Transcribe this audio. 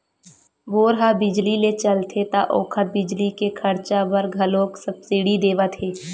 bore ह बिजली ले चलथे त ओखर बिजली के खरचा बर घलोक सब्सिडी देवत हे